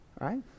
Right